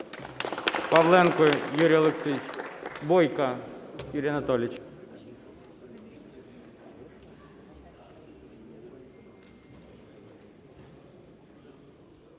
Павленко Юрій Олексійович. Бойко Юрій Анатолійович.